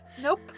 Nope